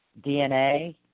DNA